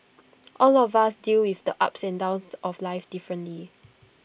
all of us deal with the ups and downs of life differently